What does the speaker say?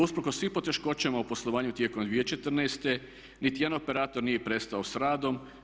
Usprkos svim poteškoćama u poslovanju tijekom 2014. niti jedan operator nije prestao s radom.